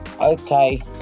Okay